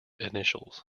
initials